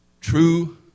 True